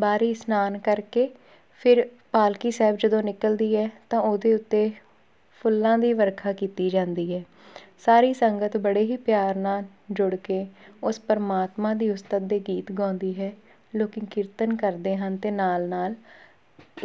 ਬਾਹਰੀ ਇਸ਼ਨਾਨ ਕਰਕੇ ਫਿਰ ਪਾਲਕੀ ਸਾਹਿਬ ਜਦੋਂ ਨਿਕਲਦੀ ਹੈ ਤਾਂ ਉਹਦੇ ਉੱਤੇ ਫੁੱਲਾਂ ਦੀ ਵਰਖਾ ਕੀਤੀ ਜਾਂਦੀ ਹੈ ਸਾਰੀ ਸੰਗਤ ਬੜੇ ਹੀ ਪਿਆਰ ਨਾਲ ਜੁੜ ਕੇ ਉਸ ਪਰਮਾਤਮਾ ਦੀ ਉਸਤਤ ਦੇ ਗੀਤ ਗਾਉਂਦੀ ਹੈ ਲੋਕ ਕੀਰਤਨ ਕਰਦੇ ਹਨ ਅਤੇ ਨਾਲ ਨਾਲ